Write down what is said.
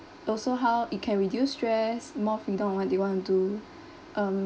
also how it can reduce stress more freedom on what they want to do um